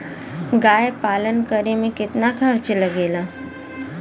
गाय पालन करे में कितना खर्चा लगेला?